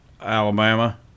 Alabama